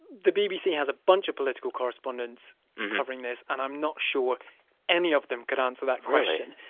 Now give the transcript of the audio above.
the bbc has a bunch of political correspondents covering this, and i'm not sure any of them could answer that question